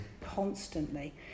constantly